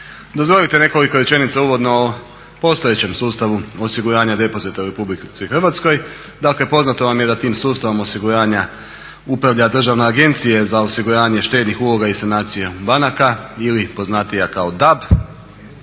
Dozvolite nekoliko rečenica uvodno o postojećem sustavu osiguranja depozita u RH, dakle poznato vam je da tim sustavom osiguranja upravlja Državna agencija za osiguranje štednih uloga i sanacije banaka ili poznatija kao DAB